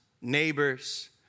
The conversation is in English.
neighbors